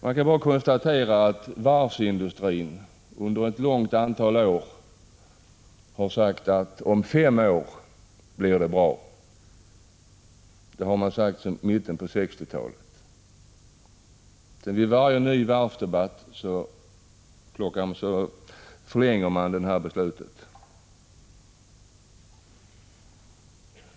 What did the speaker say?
Jag kan bara konstatera att varvsindustrin under ett stort antal år har sagt att det skall bli bra om fem år. Detta har man sagt sedan mitten av 1960-talet. Vid varje ny varvsdebatt förhalar man beslutet.